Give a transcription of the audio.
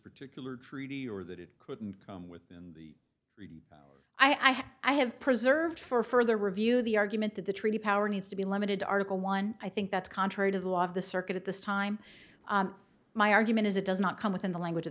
particular treaty or that it couldn't come within the i have i have preserved for further review the argument that the treaty power needs to be limited to article one i think that's contrary to the law of the circuit at this time my argument is it does not come within the language of